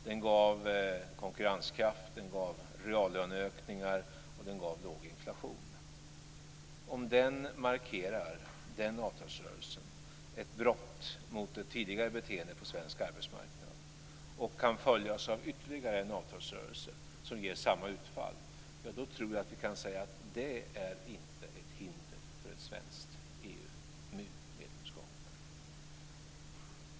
Den gav konkurrenskraft, reallöneökningar och låg inflation. Om den avtalsrörelsen markerar ett brott mot ett tidigare beteende på svensk arbetsmarknad och kan följas av ytterligare en avtalsrörelse som ger samma utfall, tror jag att vi kan säga att det inte är ett hinder för ett svenskt EMU-medlemskap.